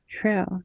true